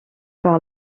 par